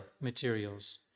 materials